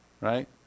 right